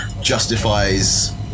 justifies